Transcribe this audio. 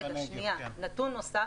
נתון נוסף